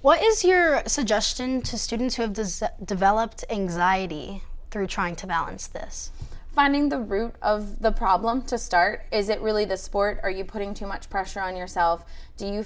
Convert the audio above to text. what is your suggestion to students who have does developed anxiety through trying to balance this finding the root of the problem to start is it really the sport are you putting too much pressure on yourself do you